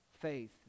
faith